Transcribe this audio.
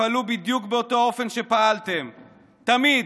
תפעלו בדיוק באותו אופן שפעלתם, תמיד.